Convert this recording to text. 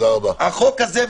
החוק הזה,